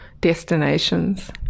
destinations